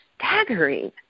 staggering